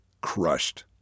crushed